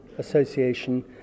association